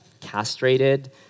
castrated